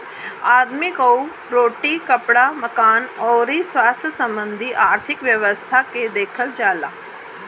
आदमी कअ रोटी, कपड़ा, मकान अउरी स्वास्थ्य संबंधी आर्थिक व्यवस्था के देखल जाला